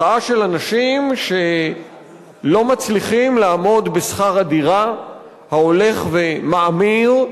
מחאה של אנשים שלא מצליחים לעמוד בשכר הדירה ההולך ומאמיר,